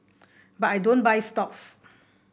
but I don't buy stocks